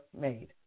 made